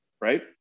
right